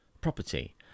property